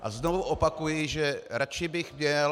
A znovu opakuji, že radši bych měl...